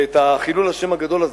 ואת חילול השם הגדול הזה,